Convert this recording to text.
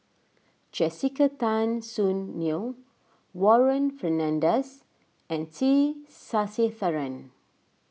Jessica Tan Soon Neo Warren Fernandez and T Sasitharan